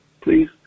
please